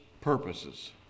purposes